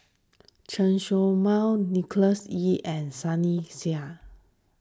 Chen Show Mao Nicholas Ee and Sunny Sia